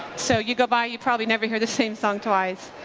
so you go by. you probably never hear the same song twice.